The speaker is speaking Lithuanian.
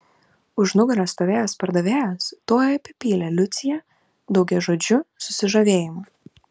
už nugaros stovėjęs pardavėjas tuoj apipylė liuciją daugiažodžiu susižavėjimu